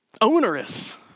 onerous